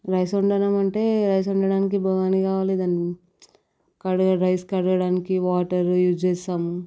rice వండటం అంటే rice వండటానికి బగోని కావాలి దాని రైస్ కడగడానికి వాటర్ యూజ్ చేస్తాము